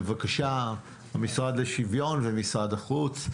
בבקשה, המשרד לשוויון ומשרד החוץ.